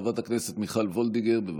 חברת הכנסת מיכל וולדיגר, בבקשה.